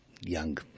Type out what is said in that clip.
young